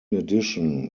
addition